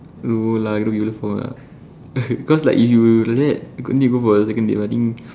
no lah lah cause like if you like that need go for second date I think